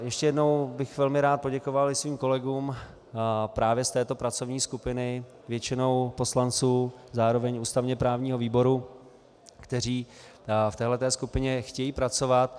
Ještě jednou bych velmi rád poděkoval i svým kolegům právě z této pracovní skupiny, většinou poslancům zároveň i ústavněprávního výboru, kteří v této skupině chtějí pracovat.